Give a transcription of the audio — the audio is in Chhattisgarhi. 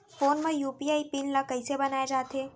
फोन म यू.पी.आई पिन ल कइसे बनाये जाथे?